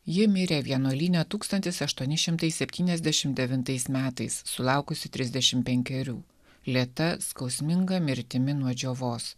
ji mirė vienuolyne tūkstantis aštuoni šimtai septyniasdešimt devintais metais sulaukusi trisdešimt penkerių lėta skausminga mirtimi nuo džiovos